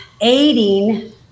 aiding